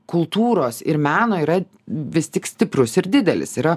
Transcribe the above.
kultūros ir meno yra vis tik stiprus ir didelis yra